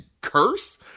curse